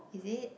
is it